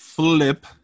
Flip